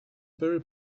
very